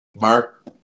Mark